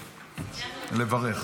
לברך.